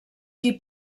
qui